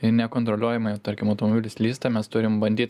ir nekontroliuojamai jau tarkim automobilis slysta mes turim bandyt